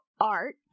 art